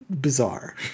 bizarre